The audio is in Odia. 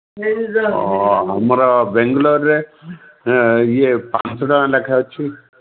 ଆମର ବେଙ୍ଗଲୋର୍ରେ ଇଏ ପାଞ୍ଚ ଟଙ୍କା ଲେଖା ଅଛି